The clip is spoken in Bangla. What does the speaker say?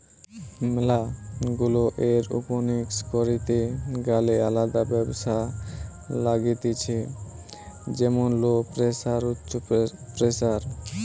ম্যালা গুলা এরওপনিক্স করিতে গ্যালে আলদা ব্যবস্থা লাগতিছে যেমন লো প্রেসার, উচ্চ প্রেসার